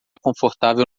confortável